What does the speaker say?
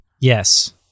Yes